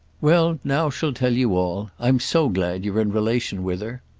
well, now she'll tell you all. i'm so glad you're in relation with her.